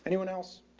anyone else?